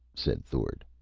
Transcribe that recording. said thord.